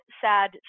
sad